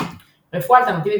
רפואה אלטרנטיבית,